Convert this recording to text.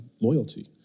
loyalty